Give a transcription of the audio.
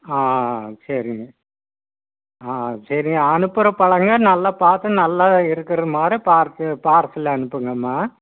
ஆ சரிங்க ஆ சரிங்க அனுப்புகிற பழங்கள் நல்லா பார்த்து நல்லதாக இருக்கிற மாதிரி பார்த்து பார்சலில் அனுப்புங்கம்மா